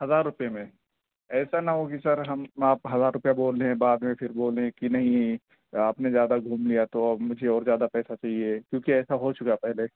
ہزار روپے میں ایسا نہ ہو کہ سر ہم آپ ہزار روپیہ بول رہے ہیں بعد میں پھر بولیں کہ نہیں آپ نے زیادہ گھوم لیا تو اب مجھے اور زیادہ پیسہ چاہیے کیونکہ ایسا ہو چکا ہے پہلے